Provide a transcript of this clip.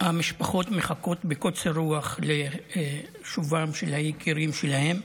שהמשפחות מחכות בקוצר רוח לשובם של היקירים שלהן.